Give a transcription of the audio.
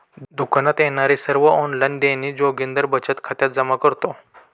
दुकानात येणारे सर्व ऑनलाइन देणी जोगिंदर बचत खात्यात जमा करतो